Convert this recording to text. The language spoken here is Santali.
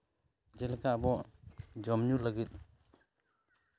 ᱡᱮᱞᱮᱠᱟ ᱟᱵᱚᱣᱟᱜ ᱡᱚᱢ ᱧᱩ ᱞᱟᱹᱜᱤᱫ